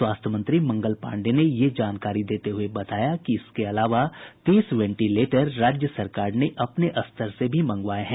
स्वास्थ्य मंत्री मंगल पांडेय ने यह जानकारी देते हुए बताया कि इसके अलावा तीस वेंटिलेटर राज्य सरकार ने अपने स्तर से भी मंगवाये हैं